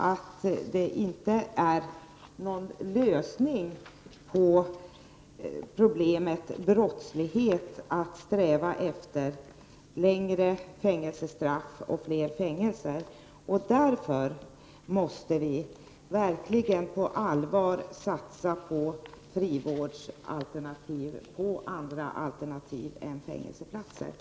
Det är ingen lösning på problemet brottslighet att sträva efter längre fängelsestraff och fler fängelser. Därför måste vi verkligen på allvar satsa på frivårdsalternativ och andra alternativ i stället för fängelsestraff.